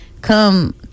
come